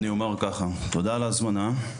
תודה על ההזמנה.